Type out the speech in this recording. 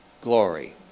Glory